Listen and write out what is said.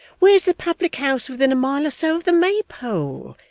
where's the public-house within a mile or so of the maypole?